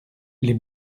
les